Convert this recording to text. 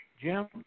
Jim